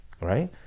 Right